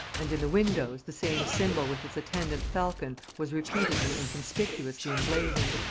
and in the windows the same symbol with its attendant falcon was repeatedly and conspicuously emblazoned.